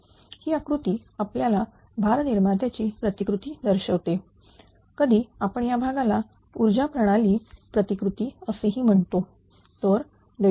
ही आकृती आपल्या भार निर्मात्याची प्रतिकृती दर्शवतेकधी आपण या भागाला ऊर्जा प्रणाली प्रतिकृती असेही म्हणतो